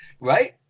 right